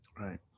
Right